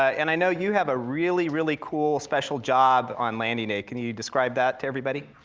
and i know you have a really really cool special job on landing day. can you describe that to everybody?